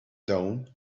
dawn